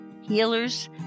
healers